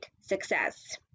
success